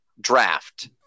draft